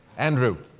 andrew,